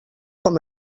com